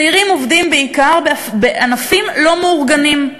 צעירים עובדים בעיקר בענפים לא מאורגנים.